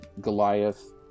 Goliath